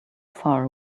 far